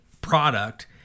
product